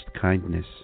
kindness